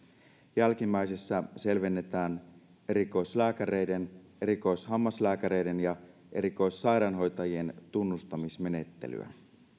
jälkimmäisessä selvennetään erikoislääkäreiden erikoishammaslääkäreiden ja erikoissairaanhoitajien tunnustamismenettelyä